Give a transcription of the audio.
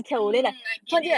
mm I get it